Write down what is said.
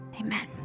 Amen